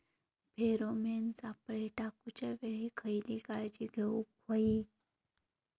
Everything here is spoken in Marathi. फेरोमेन सापळे टाकूच्या वेळी खयली काळजी घेवूक व्हयी?